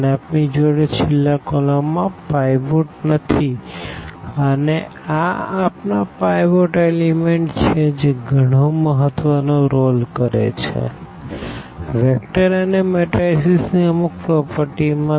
અને આપણી જોડે છેલ્લા કોલમ માં પાઈવોટ નથી અને આ આપણા પાઈવોટ એલિમેન્ટ છે જે ગણો મહત્વ નો રોલ કરે છે વેક્ટર અને મેટ્રાઈસીસ ની અમુક પ્રોપર્ટી માં